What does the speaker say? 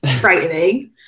frightening